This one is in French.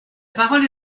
parole